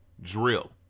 drill